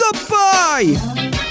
Goodbye